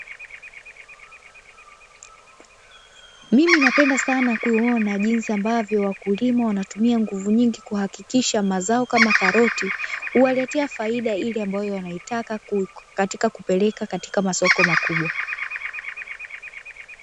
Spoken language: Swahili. Mimi napenda sana kuona jinsi ambavyo wakulima wanatumia nguvu nyingi kuhakikisha mazao kama karoti, huwaletea faida ile ambayo wanaitaka katika kupeleka katika masoko makubwa.